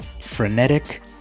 frenetic